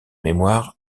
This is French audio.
mémoire